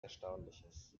erstaunliches